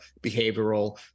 behavioral